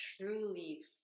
truly